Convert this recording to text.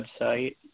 website